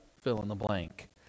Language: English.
fill-in-the-blank